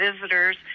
visitors